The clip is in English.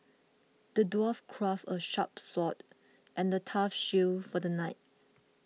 the dwarf crafted a sharp sword and a tough shield for the knight